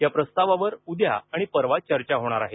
या प्रस्तावावर उद्या आणि परवा चर्चा होणार आहे